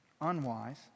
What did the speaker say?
unwise